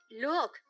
look